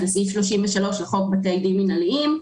אז זה סעיף 33 לחוק בתי דין מינהליים,